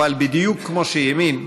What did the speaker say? אבל בדיוק כמו שהאמין,